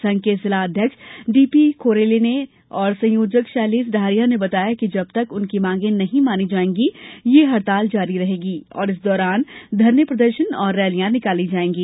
संघ के जिला अध्यक्ष डीपी खरोले और संयोजक शैलेष डहरिया ने बताया कि जब तक उनकी मांगे नहीं मानी जाएगी यह हड़ताल जारी रहेगी और इस दौरान धरने प्रदर्शन और रैलियां निकाली जाएंगी